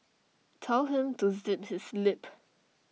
tell him to zip his lip